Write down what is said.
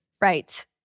Right